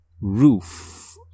roof